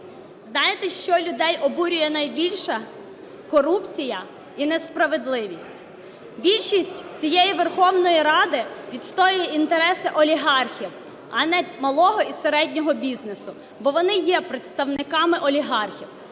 Знаєте, що людей обурює найбільше? Корупція і несправедливість. Більшість цієї Верховної Ради відстоює інтереси олігархів, а не малого і середнього бізнесу, бо вони є представниками олігархів.